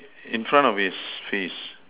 in front of his face